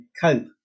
cope